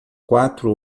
quatro